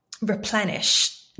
replenish